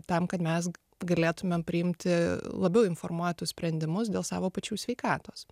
tam kad mes galėtumėm priimti labiau informuotus sprendimus dėl savo pačių sveikatos